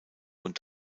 und